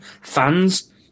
fans